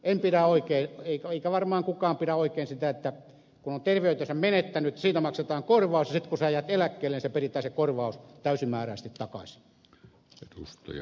en pidä oikeana eikä varmaan kukaan pidä oikeana sitä että kun on terveytensä menettänyt siitä maksetaan korvaus ja sitten kun jäät eläkkeelle se korvaus peritään täysimääräisenä takaisin